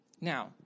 Now